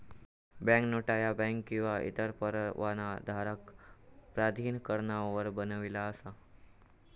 banknote ह्या bank किंवा इतर परवानाधारक प्राधिकरणान बनविली असा